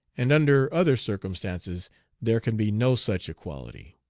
and under other circumstances there can be no such equality.